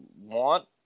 want